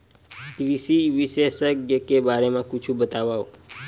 कृषि विशेषज्ञ के बारे मा कुछु बतावव?